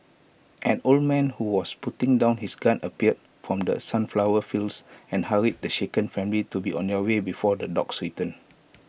an old man who was putting down his gun appeared from the sunflower fields and hurried the shaken family to be on their way before the dogs return